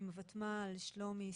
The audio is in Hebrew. עם הוותמ"ל שלומי,